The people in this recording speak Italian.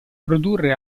produrre